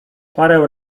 parę